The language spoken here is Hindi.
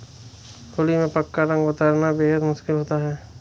होली में पक्का रंग उतरना बेहद मुश्किल होता है